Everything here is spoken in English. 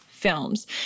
films